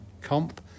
comp